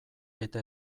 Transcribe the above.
eta